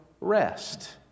rest